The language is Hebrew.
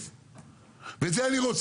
תקינות פעולת הוועדה, זה לא זה.